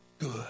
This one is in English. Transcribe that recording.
good